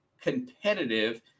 competitive